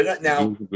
Now